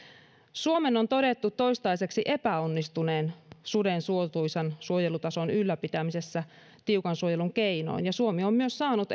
suomen on todettu toistaiseksi epäonnistuneen suden suotuisan suojelutason ylläpitämisessä tiukan suojelun keinoin ja suomi on myös saanut